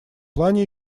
плане